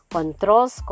Controls